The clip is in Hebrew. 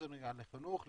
זה נוגע לחינוך,